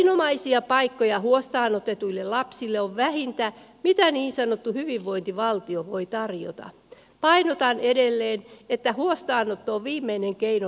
nomaisia paikkoja huostaanotetuille lapsille on vähintään pitää niin sanottu hyvinvointivaltio voi tarjota aiotaan edelleen että huostaanotto on viimeinen keino